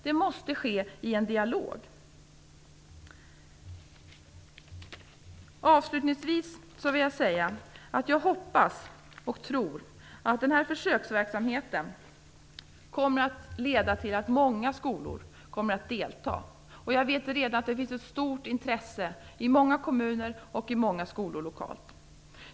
Här behövs det en dialog. Avslutningsvis vill jag säga att jag både hoppas och tror att den här försöksverksamheten leder till att många skolor deltar. Jag vet att det redan finns ett stort intresse i många kommuner och i många skolor lokalt.